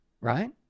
right